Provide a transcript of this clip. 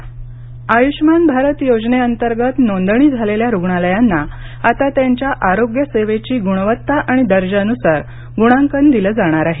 आयुष्मान भारत आयुष्मान भारत योजनेअंतर्गत नोंदणी झालेल्या रुग्णालयांना आता त्यांच्या आरोग्यसेवेची गुणवत्ता आणि दर्जानुसार गुणांकन दिलं जाणार आहे